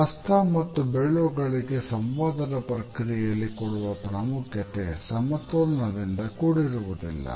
ಹಸ್ತ ಮತ್ತು ಬೆರಳುಗಳಿಗೆ ಸಂವಾದದ ಪ್ರಕ್ರಿಯೆಯಲ್ಲಿ ಕೊಡುವ ಪ್ರಾಮುಖ್ಯತೆ ಸಮತೋಲನದಿಂದ ಕೂಡಿರುವುದಿಲ್ಲ